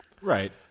Right